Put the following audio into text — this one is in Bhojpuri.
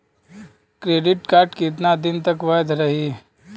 क्रेडिट कार्ड कितना दिन तक वैध रही?